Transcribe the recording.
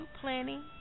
planning